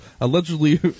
allegedly